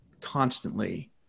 constantly